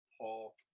Paul